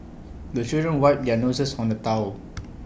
the children wipe their noses on the towel